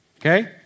Okay